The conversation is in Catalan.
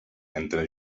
entre